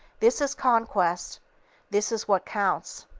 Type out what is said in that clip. this is conquest this is what counts.